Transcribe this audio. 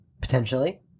Potentially